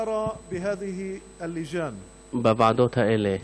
בוועדות האלה,